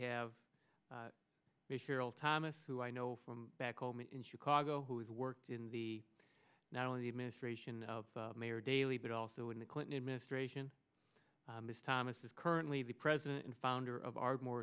cheryl thomas who i know from back home in chicago who has worked in the not only the administration of mayor daley but also in the clinton administration thomas is currently the president and founder of ardmore